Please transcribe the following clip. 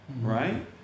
right